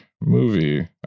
movie